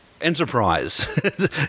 enterprise